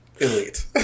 Elite